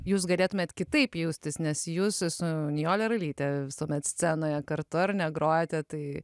jūs galėtumėt kitaip jaustis nes jūs su nijole ralyte visuomet scenoje kartu ar negrojate tai